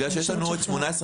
כי יש לנו 18א2,